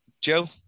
Joe